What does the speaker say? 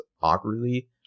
awkwardly